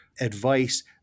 advice